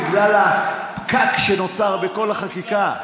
בגלל הפקק שנוצר בכל החקיקה.